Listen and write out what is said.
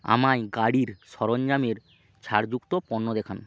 আমায় গাড়ির সরঞ্জামের ছাড়যুক্ত পণ্য দেখান